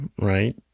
right